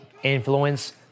influence